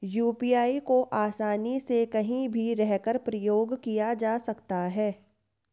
UPI को आसानी से कहीं भी रहकर प्रयोग किया जा सकता है